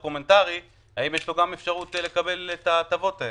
יש לו גם אפשרות לקבל את ההטבות האלה?